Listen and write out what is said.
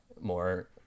more